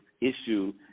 issue